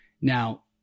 Now